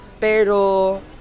pero